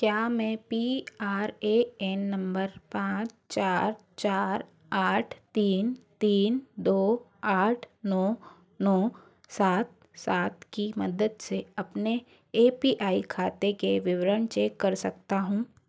क्या मैं P R A N नंबर पाँच चार चार आठ तीन तीन दौ आठ नौ नौ सात सात की मदद से अपने ए पी आई खाते के विवरण चेक कर सकता हूँ